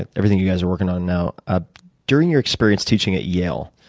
and everything you guys are working on now. ah during your experience teaching at yale,